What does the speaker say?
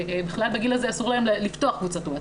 בכלל בגיל הזה אסור להם לפתוח קבוצת ווצאפ.